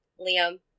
Liam